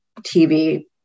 TV